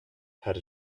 had